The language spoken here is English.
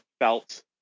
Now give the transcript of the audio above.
felt